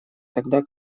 тогда